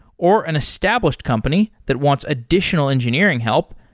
or an established company that wants additional engineering help,